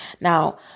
Now